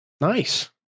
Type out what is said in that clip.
Nice